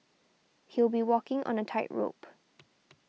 he'll be walking on a tightrope